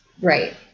right